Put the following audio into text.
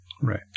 Right